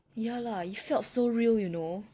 ya lah it felt so real you know